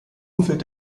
umfeld